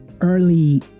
early